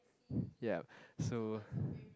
yup so